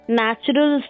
natural